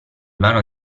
vano